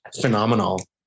phenomenal